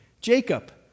Jacob